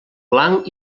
blanc